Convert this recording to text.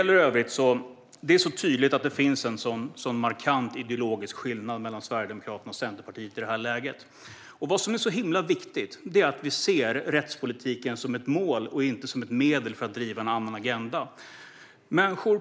För övrigt är det tydligt att det finns en markant ideologisk skillnad mellan Sverigedemokraterna och Centerpartiet i detta. Det är så himla viktigt att vi ser rättspolitiken som ett mål och inte som ett medel för att driva en annan agenda.